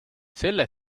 selle